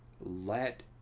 Let